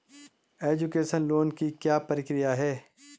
Education loan की क्या प्रक्रिया है?